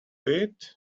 eat